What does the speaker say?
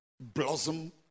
blossom